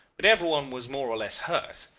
but everyone was more or less hurt.